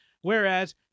Whereas